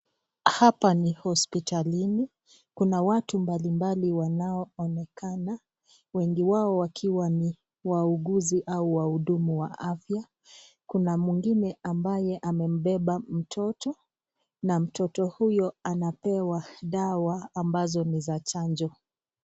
Hapa ni hospitalini. Kuna watu mbalimbali wanaoonekana, wengi wao wakiwa ni wauguzi au wahudumu wa afya. Kuna mwingine ambaye amembeba mtoto na mtoto huyo anapewa dawa ambazo ni za chanjo.